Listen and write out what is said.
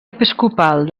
episcopal